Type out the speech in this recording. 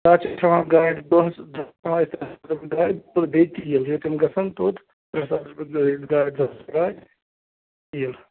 گاڑِ چھِ کھٮ۪وابن گاڑِ دۅہَس مطلب بیٚیہِ تہِ کیٚنٛہہ تِم گژھَن توٚت ترٛےٚ ساس رۅپیہِ گاڑِ دۅہَس کِراے تیٖل